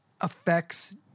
affects